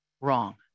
wrong